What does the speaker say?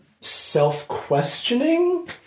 self-questioning